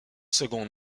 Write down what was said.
secondes